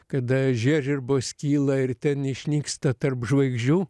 kada žiežirbos kyla ir ten išnyksta tarp žvaigždžių